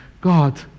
God